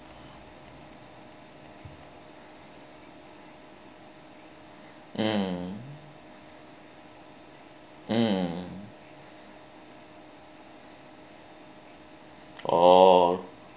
mm mm oh